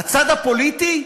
הצד הפוליטי,